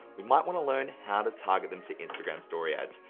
we might wanna learn how to target them to instagram story ads.